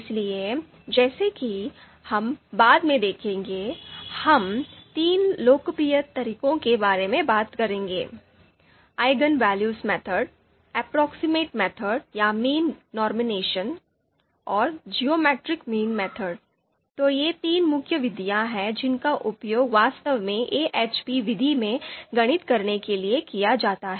इसलिए जैसा कि हम बाद में देखेंगे हम तीन लोकप्रिय तरीकों के बारे में बात करेंगेEigenvalues methodapproximate method या Mean Normalization और Geometric Mean method तो ये तीन मुख्य विधियाँ हैं जिनका उपयोग वास्तव में AHPविधि में गणित करने के लिए किया जाता है